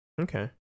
Okay